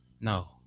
No